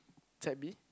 set B